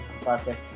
classic